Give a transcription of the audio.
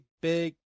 big